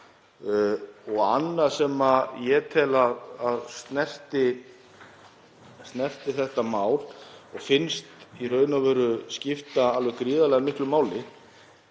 Annað sem ég tel að snerti þetta mál og finnst í raun og veru skipta alveg gríðarlega miklu máli